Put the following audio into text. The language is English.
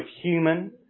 human